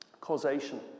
causation